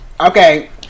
Okay